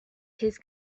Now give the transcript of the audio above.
his